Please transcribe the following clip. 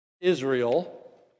Israel